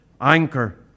anchor